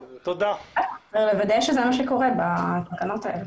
רק לוודא שזה מה שקורה בתקנות האלה.